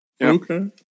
Okay